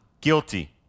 guilty